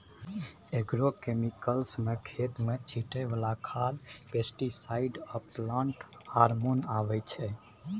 agrochemicals मे खेत मे छीटय बला खाद, पेस्टीसाइड आ प्लांट हार्मोन अबै छै